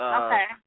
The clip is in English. okay